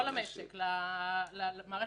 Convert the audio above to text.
לבנקים.